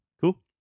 Cool